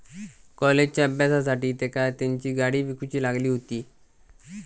कॉलेजच्या अभ्यासासाठी तेंका तेंची गाडी विकूची लागली हुती